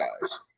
guys